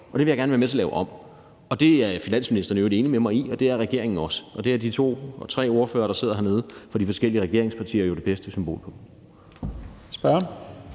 og det vil jeg gerne være med til at lave om. Det er finansministeren i øvrigt enig med mig i, og det er regeringen også, og det er de tre ordførere, der sidder hernede, for de forskellige regeringspartier jo det bedste symbol på.